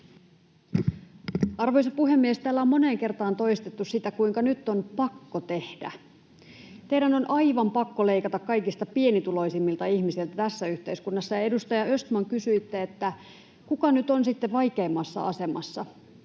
Arvoisa puhemies! Täällä on moneen kertaan toistettu sitä, kuinka nyt on pakko tehdä: teidän on aivan pakko leikata kaikista pienituloisimmilta ihmisiltä tässä yhteiskunnassa. Ja, edustaja Östman, kysyitte, kuka nyt on sitten vaikeimmassa asemassa.